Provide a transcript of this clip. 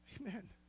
Amen